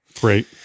great